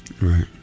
Right